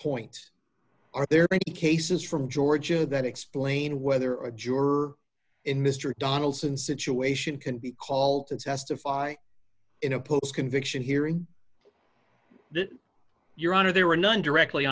point are there are cases from georgia that explain whether a juror in mr donaldson situation can be called to testify in a post conviction hearing your honor there were none directly